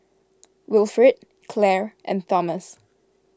Wilfrid Clair and Thomas